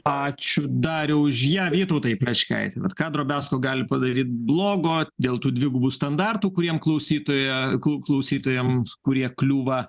ačiū dariau už ją vytautai plečkaiti vat ką drobesko gali padaryt blogo dėl tų dvigubų standartų kuriem klausytoja klausytojams kurie kliūva